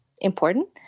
important